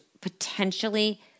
potentially